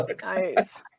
Nice